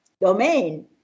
domain